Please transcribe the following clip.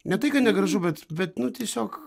ne tai kad negražu bet bet nu tiesiog